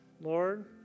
Lord